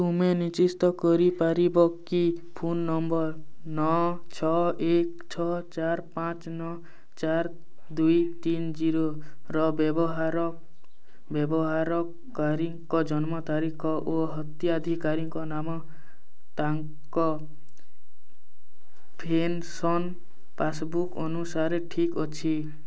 ତୁମେ ନିଶ୍ଚିତ କରିପାରିବ କି ଫୋନ୍ ନମ୍ବର୍ ନଅ ଛଅ ଏକ ଛଅ ଚାରି ପାଞ୍ଚ ନଅ ଚାରି ଦୁଇ ତିନି ଜିରୋର ବ୍ୟବହାର ବ୍ୟବହାରକାରୀଙ୍କ ଜନ୍ମ ତାରିଖ ଓ ହିତାଧିକାରୀ ନାମ ତାଙ୍କ ପେନ୍ସନ୍ ପାସ୍ବୁକ୍ ଅନୁସାରେ ଠିକ୍ ଅଛି